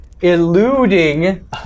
eluding